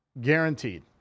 guaranteed